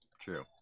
True